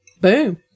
Boom